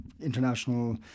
international